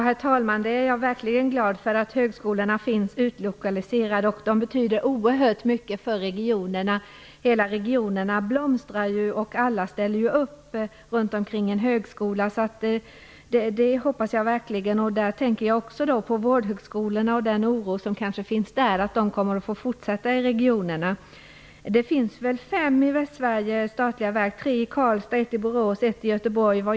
Herr talman! Jag är verkligen glad för att högskolorna är utlokaliserade. De betyder oerhört mycket för regionerna, som blomstrar på grund av dem. Alla ställer upp omkring en högskola. Jag tänker då också på oron för vårdhögskolornas fortsatta tillvaro i regionerna. Det finns i Västsverige såvitt jag vet fem statliga verk, tre i Karlstad, ett i Borås och ett i Göteborg.